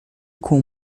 com